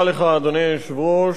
אדוני היושב-ראש,